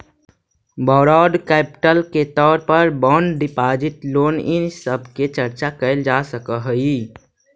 borrowed capital के तौर पर बॉन्ड डिपाजिट लोन इ सब के चर्चा कैल जा सकऽ हई